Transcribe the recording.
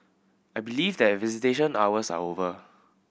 I believe that visitation hours are over